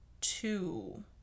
two